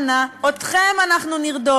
נה, נה, נה, נה, נה, אתכם אנחנו נרדוף,